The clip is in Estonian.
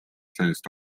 sellest